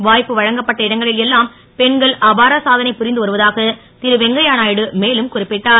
வா ப்பு வழங்கப்பட்ட இடங்களில் எல்லாம் பெண்கள் அபார சாதனை புரிந்துவருவதாக ருவெங்கைய நாயுடு மேலும் குறிப்பிட்டார்